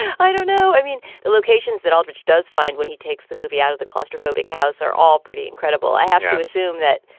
i don't know. i mean, the locations that aldridge does find when he takes the movie out of the claustrophobic house are all pretty incredible. i have to assume that,